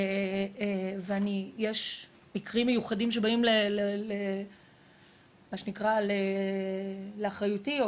ויש מקרים מיוחדים שבאים למה שנקרא לאחריותי,